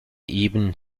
ibn